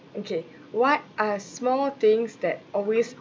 okay what are small things that always